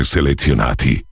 Selezionati